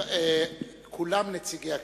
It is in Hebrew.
כולם נציגי הכנסת.